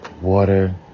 water